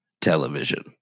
television